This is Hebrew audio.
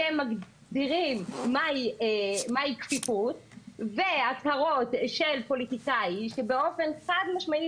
שמגדירים מהי כפיפות והצהרות של פוליטיקאי שבאופן חד משמעי